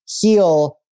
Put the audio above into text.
heal